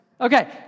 Okay